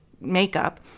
makeup